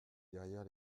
derrière